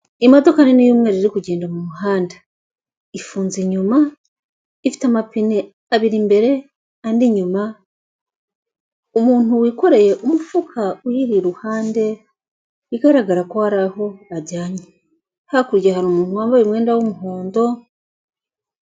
Imodoka nini y'umweru iri kugenda mu muhanda ifunze inyuma ifite amapine abiri imbere andi inyuma, umuntu wikoreye umufuka uyiri iruhande bigaragara ko hari aho ajyanye, hakurya hari umuntu wambaye umwenda w'umuhondo.